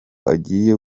agiye